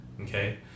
Okay